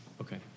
Okay